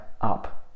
up